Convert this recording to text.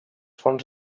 fonts